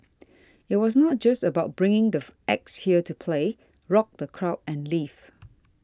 it was not just about bringing the acts here to play rock the crowd and leave